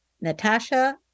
Natasha